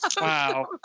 wow